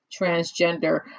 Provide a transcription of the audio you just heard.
Transgender